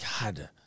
God